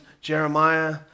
Jeremiah